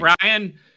Brian